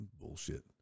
Bullshit